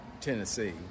Tennessee